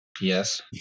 Yes